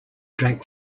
drank